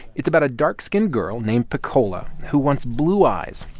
it's about a dark-skinned girl named pecola who wants blue eyes.